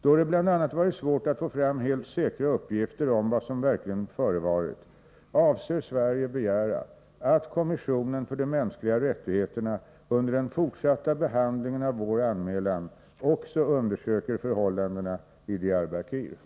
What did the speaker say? Då det bl.a. varit svårt att få fram helt säkra uppgifter om vad som verkligen förevarit, avser Sverige begära att kommissionen för de mänskliga rättigheterna under den fortsatta behandlingen av vår anmälan också undersöker förhållandena i Diyarbakir.